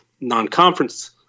non-conference